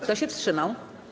Kto się wstrzymał?